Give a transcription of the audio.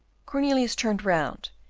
cornelius turned round,